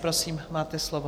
Prosím, máte slovo.